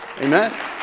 Amen